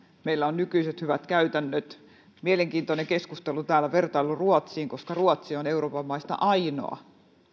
meillä on nykyiset hyvät käytännöt mielenkiintoinen keskustelu täällä on vertailu ruotsiin koska ruotsi on euroopan unionin maista ainoa